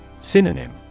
Synonym